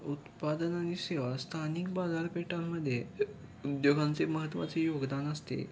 उत्पादन आणि सेवा स्थानिक बाजारपेठांमध्ये उद्योगांचे महत्त्वाचे योगदान असते